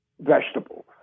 vegetables